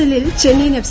എല്ലിൽ ചെന്നൈയിൻ എഫ്